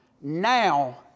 Now